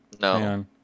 No